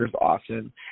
often